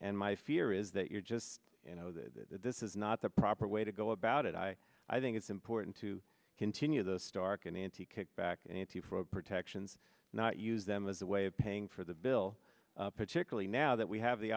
and my fear is that you're just you know that this is not the proper way to go about it i i think it's important to continue the stark and anti kickback anti for protections not use them as a way of paying for the bill particularly now that we have the